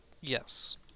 Yes